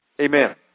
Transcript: Amen